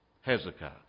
Hezekiah